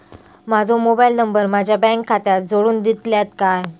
माजो mobile number माझ्या bank खात्याक जोडून दितल्यात काय?